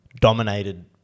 Dominated